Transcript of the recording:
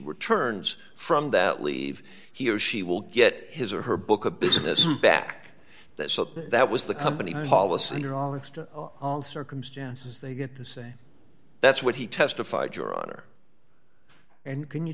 returns from that leave he or she will get his or her book a business back that that was the company policy or all extant circumstances they get to say that's what he testified your honor and can you